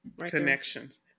Connections